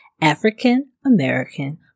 African-American